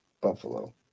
buffalo